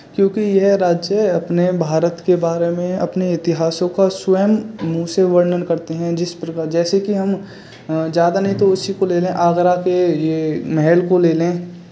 क्योंकि यह राज्य अपने भारत के बारे में अपने इतिहासों का स्वयं से वर्णन करते हैं जिस प्रकार जैसे कि हम ज़्यादा नहीं तो उसी को ले लें आगरा के ये महल को ले लें